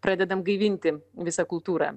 pradedam gaivinti visą kultūrą